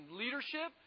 leadership